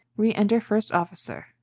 re-enter first officer.